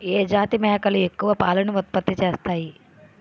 ఏ జాతి మేకలు ఎక్కువ పాలను ఉత్పత్తి చేస్తాయి?